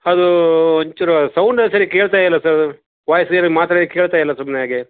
ಅದು ಒಂಚೂರು ಸೌಂಡೇ ಸರಿ ಕೇಳ್ತಾ ಇಲ್ಲ ಸರ್ ವಾಯ್ಸ್ ಏನು ಮಾತಾಡಿದ್ದು ಕೇಳ್ತಾ ಇಲ್ಲ ಸುಮ್ಮನೆ ಹಾಗೆ